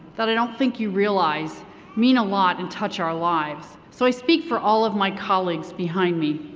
that i don't think you realize mean a lot and touch our lives. so i speak for all of my colleagues behind me,